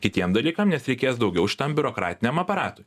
kitiem dalykam nes reikės daugiau šitam biurokratiniam aparatui